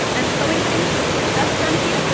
and sewing pins will be your best friend here, so